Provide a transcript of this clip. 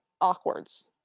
awkwards